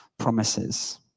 promises